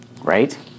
Right